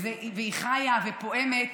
והיא חיה ופועמת.